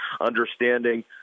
understanding